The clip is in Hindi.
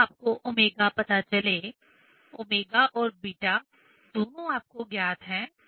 जब आपको ω पता चले ω और β दोनों आपको ज्ञात हैं